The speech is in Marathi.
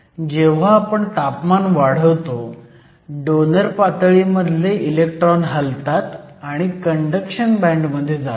जेव्हा आपण तापमान वाढवतो डोनर पातळीमधले इलेक्ट्रॉन हलतात आणि कंडक्शन बँड मध्ये जातात